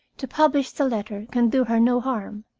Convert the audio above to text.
to publish the letter can do her no harm.